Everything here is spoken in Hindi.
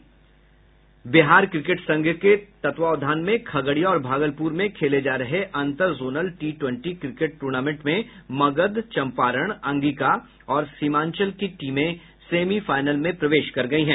बिहार क्रिकेट संघ के तत्वावधान में खगड़िया और भागलपुर में खेले जा रहे अंतर zonal T twenty cricket tournament में मगध चम्पारण अंगिका और सीमांचल की टीमें सेमीफाईनल में प्रवेश कर गयी है